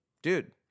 Dude